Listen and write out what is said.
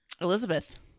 Elizabeth